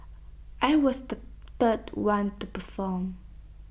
I was the third one to perform